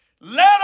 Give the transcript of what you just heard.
Let